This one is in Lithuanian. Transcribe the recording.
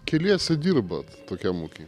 keliese dirbat tokiam ūky